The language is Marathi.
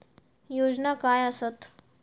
योजना काय आसत?